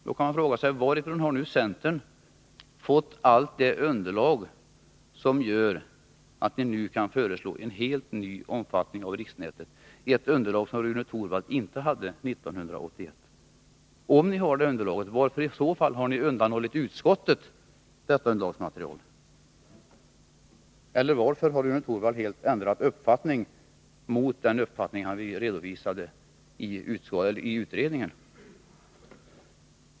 Då kan man fråga: Varifrån har centern fått allt underlag som gör att man nu kan föreslå en helt ny omfattning av riksnätet, ett underlag som Rune Torwald inte hade 1981? Om ni nu har detta underlagsmaterial, varför har ni undanhållit utskottet detta? Varför har Rune Torwald helt ändrat uppfattning gentemot den uppfattning som han redovisade i utredningen?